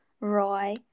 Roy